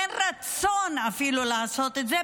אין אפילו רצון לעשות את זה,